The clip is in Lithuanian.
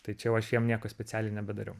tai čia jau aš jiem nieko specialiai nebedariau